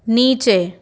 नीचे